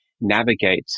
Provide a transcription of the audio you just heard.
navigate